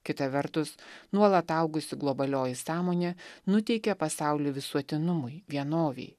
kita vertus nuolat augusi globalioji sąmonė nuteikia pasaulį visuotinumui vienovei